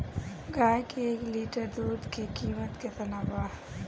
गाय के एक लीटर दूध के कीमत केतना बा?